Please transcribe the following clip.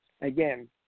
again